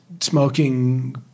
smoking